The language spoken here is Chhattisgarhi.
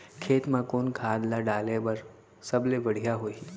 खेत म कोन खाद ला डाले बर सबले बढ़िया होही?